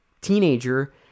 teenager